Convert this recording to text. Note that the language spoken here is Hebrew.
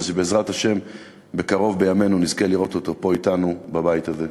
ובעזרת השם בקרוב בימינו נזכה לראות אותו פה אתנו בבית הזה.